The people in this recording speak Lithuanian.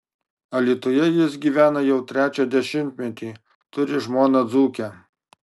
alytuje jis gyvena jau trečią dešimtmetį turi žmoną dzūkę